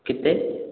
କେତେ